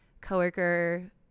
coworker